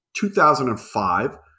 2005